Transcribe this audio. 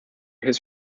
his